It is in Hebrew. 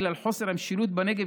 בגלל חוסר המשילות בגנב,